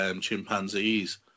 chimpanzees